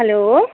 hello